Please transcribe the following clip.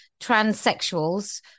transsexuals